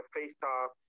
FaceTime